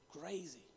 crazy